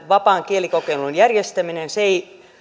vapaan kielikokeilun järjestäminen tulee olemaan se ei